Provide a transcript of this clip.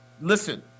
Listen